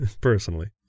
personally